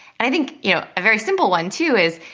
and i think, you know, a very simple one too is,